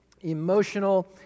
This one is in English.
emotional